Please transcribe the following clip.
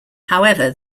however